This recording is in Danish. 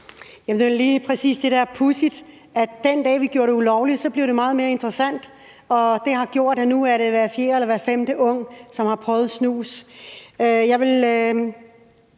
det er lige præcis det, der er pudsigt, nemlig at den dag, vi gjorde det ulovligt, blev det meget mere interessant, og det har gjort, at det nu er hver fjerde eller hver femte unge, som har prøvet snus. Jeg vil